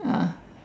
ah